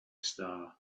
star